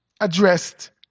addressed